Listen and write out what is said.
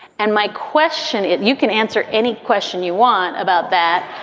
and my question, if you can answer any question you want about that,